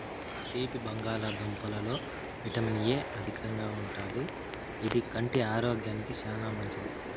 తీపి బంగాళదుంపలలో vitamin A అధికంగా ఉంటాది, ఇది కంటి ఆరోగ్యానికి చానా మంచిది